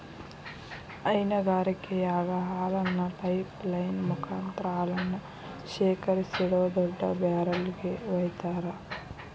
ಹೈನಗಾರಿಕೆಯಾಗ ಹಾಲನ್ನ pipeline ಮುಕಾಂತ್ರ ಹಾಲನ್ನ ಶೇಖರಿಸಿಡೋ ದೊಡ್ಡ ಬ್ಯಾರೆಲ್ ಗೆ ವೈತಾರ